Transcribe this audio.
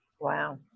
Wow